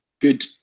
good